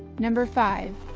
number five.